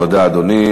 תודה, אדוני.